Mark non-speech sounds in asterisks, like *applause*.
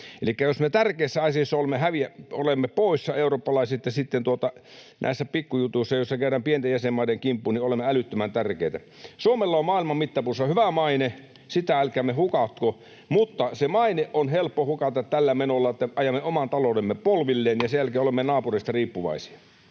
olemme tärkeissä asioissa poissa, mutta näissä pikkujutuissa, joissa käydään pienten jäsenmaiden kimppuun, me olemme älyttömän tärkeitä. Suomella on maailman mittapuulla hyvä maine, sitä älkäämme hukatko, mutta se maine on helppo hukata tällä menolla, että ajamme oman taloutemme polvilleen *noise* ja sen jälkeen olemme naapureista riippuvaisia.